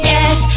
Yes